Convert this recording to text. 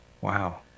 Wow